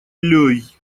лёй